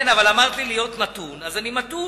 כן, אבל אמרת לי להיות מתון, אז אני מתון.